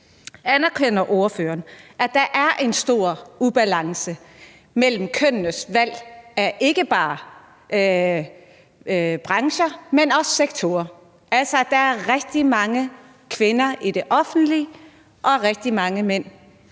Anerkender ordføreren, at der er en stor ubalance mellem kønnenes valg af ikke bare brancher, men også af sektorer, altså at der er rigtig mange kvinder i det offentlige og rigtig mange mænd